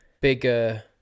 bigger